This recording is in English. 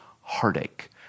heartache